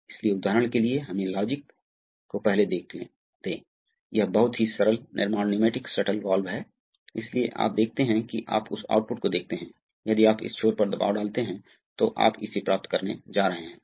फिर volume field A गुना X है और जो वॉल्यूम निष्कासित है वह A a गुना x है अतः यदि यह V1 है और यदि यह V2 है तो V1 से बाहर आ रहा है तो V2V1 A aA 1 aA 1 1K K 1K तो यह V2 V1 और V1 V2K ठीक है